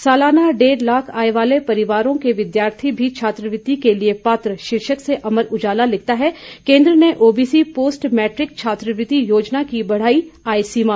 सालाना डेढ़ लाख आय वाले परिवारों के विद्यार्थी भी छात्रवृति के लिए पात्र शीर्षक से अमर उजाला लिखता है केंद्र ने ओबीसी पोस्ट मैट्रिक छात्रवृति योजना की बढ़ाई आय सीमा